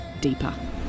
deeper